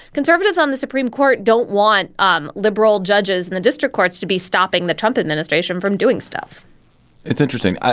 conservatives on the supreme court don't want um liberal judges in the district courts to be stopping the trump administration from doing stuff it's interesting.